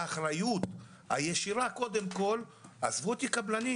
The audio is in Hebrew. האחריות קודם כול עזבו אותי מהקבלנים